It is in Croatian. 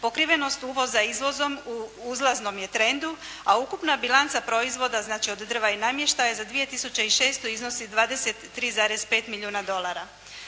Pokrivenost uvoza izvozom u uzlaznom je trendu, a ukupna bilanca proizvoda znači od drva i namještaja za 2006. iznosi 23,5 milijuna dolara.